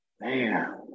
man